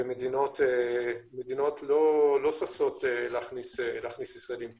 ומדינות לא ששות להכניס ישראלים אליהן.